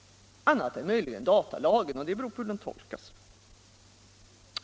— annat än möjligen datalagen, och det beror på hur den tolkas.